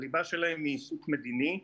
הליבה שלהם היא עיסוק מדיני,